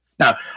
Now